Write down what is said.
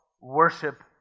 worship